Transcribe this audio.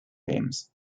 games